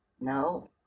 No